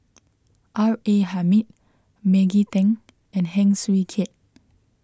R A Hamid Maggie Teng and Heng Swee Keat